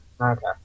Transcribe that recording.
Okay